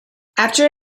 after